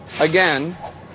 Again